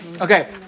Okay